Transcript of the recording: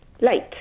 Late